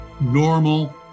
normal